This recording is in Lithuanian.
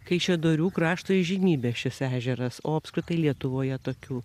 kaišiadorių krašto įžymybė šis ežeras o apskritai lietuvoje tokių